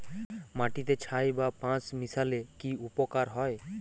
মাটিতে ছাই বা পাঁশ মিশালে কি উপকার হয়?